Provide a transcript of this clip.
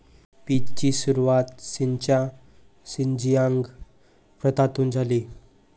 पीचची सुरुवात चीनच्या शिनजियांग प्रांतातून झाली